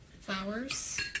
Flowers